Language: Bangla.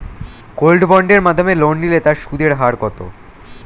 গোল্ড বন্ডের মাধ্যমে লোন নিলে তার সুদের হার কত?